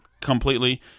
completely